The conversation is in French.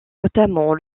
notamment